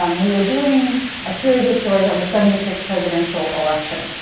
um we were doing a series of stories on the seventy six presidential election,